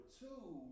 two